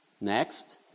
Next